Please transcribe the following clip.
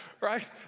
Right